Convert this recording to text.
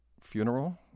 funeral